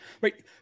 right